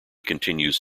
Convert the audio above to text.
continues